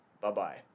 Bye-bye